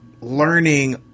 learning